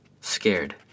scared